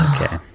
Okay